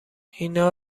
اینا